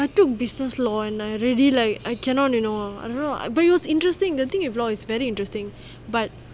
I took business law and I already like I cannot you know I don't know but it's interesting the thing with law is very interesting but